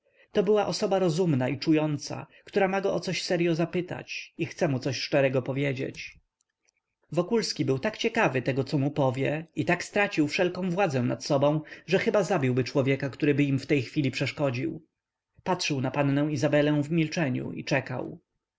to była osoba rozumna i czująca która ma go o coś seryo zapytać i chce mu coś szczerego powiedzieć wokulski był tak ciekawy tego co mu powie i tak stracił wszelką władzę nad sobą że chyba zabiłby człowieka któryby im w tej chwili przeszkodził patrzył na pannę izabelę w milczeniu i czekał